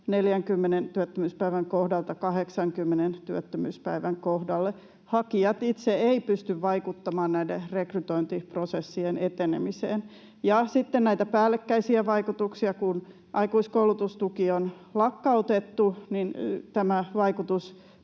40 työttömyyspäivän kohdalta 80 työttömyyspäivän kohdalle. Hakijat itse eivät pysty vaikuttamaan näiden rekrytointiprosessien etenemiseen. Sitten on näitä päällekkäisiä vaikutuksia. Kun aikuiskoulutustuki on lakkautettu, niin tämä vaikutus